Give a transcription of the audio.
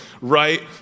right